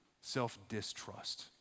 self-distrust